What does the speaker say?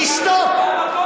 תשתוק.